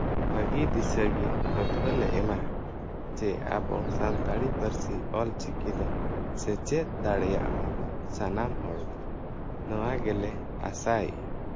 ᱵᱷᱟᱹᱜᱤ ᱫᱤᱥᱟᱹᱜᱮ ᱯᱟᱹᱴᱷᱩᱣᱟᱹ ᱞᱮ ᱮᱢᱟ ᱟᱠᱚᱣᱟ ᱡᱮ ᱟᱵᱚ ᱥᱟᱱᱛᱟᱲᱤ ᱯᱟᱹᱨᱥᱤ ᱚᱞᱪᱤᱠᱤ ᱫᱚ ᱥᱮᱪᱮᱫ ᱫᱟᱲᱮᱭᱟᱜ ᱢᱟᱵᱚᱱ ᱥᱟᱱᱟᱢ ᱦᱚᱲᱜᱮ ᱱᱚᱣᱟ ᱜᱮᱞᱮ ᱟᱥᱟᱭᱮᱜᱼᱟ